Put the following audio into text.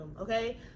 okay